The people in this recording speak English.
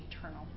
eternal